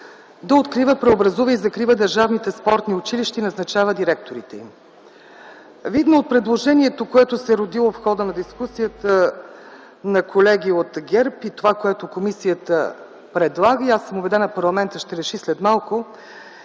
да открива, преобразува и закрива държавните спортни училища и назначава директорите им. Видно от предложението, което се е родило в хода на дискусията на колеги от ГЕРБ, и това, което комисията предлага и аз съм убедена, парламентът ще реши след малко,